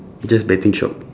just betting shop